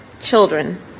children